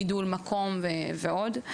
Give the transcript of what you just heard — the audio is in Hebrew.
גידול מקום ועוד.